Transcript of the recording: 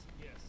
Yes